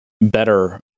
better